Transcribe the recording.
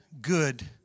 good